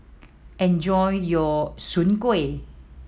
enjoy your Soon Kueh